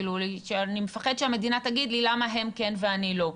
שאני מפחד שהמדינה תגיד לי למה הם כן ואני לא.